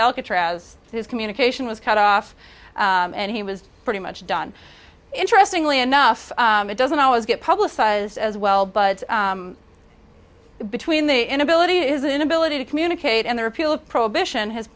alcatraz his communication was cut off and he was pretty much done interestingly enough it doesn't always get publicized as well but between the inability of his inability to communicate and the repeal of prohibition h